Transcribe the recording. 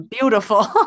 beautiful